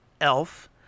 Elf